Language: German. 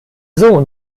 sohn